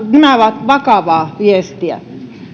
nämä ovat vakavaa viestiä